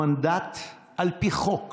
המנדט על פי חוק